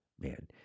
Man